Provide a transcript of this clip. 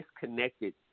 disconnected